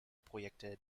projekte